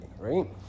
right